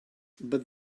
but